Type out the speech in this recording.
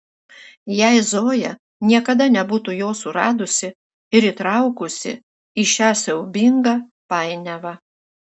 jei zoja niekada nebūtų jo suradusi ir įtraukusi į šią siaubingą painiavą